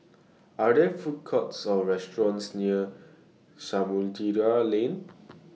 Are There Food Courts Or restaurants near Samudera Lane